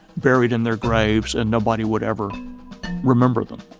buried in their graves, and nobody would ever remember them.